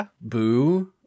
Boo